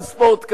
גם ספורט כזה,